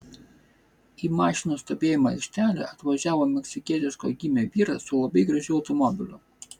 į mašinų stovėjimo aikštelę atvažiavo meksikietiško gymio vyras su labai gražiu automobiliu